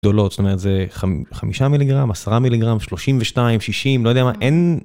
גדולות, זאת אומרת זה חמישה מיליגרם, עשרה מיליגרם, שלושים ושתיים, שישים, לא יודע מה, אין...